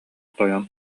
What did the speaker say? тойон